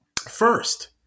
First